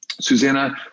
Susanna